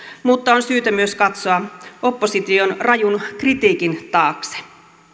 mutta on syytä myös katsoa opposition rajun kritiikin taakse